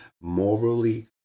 Morally